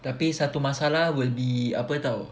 tapi satu masalah will be apa [tau]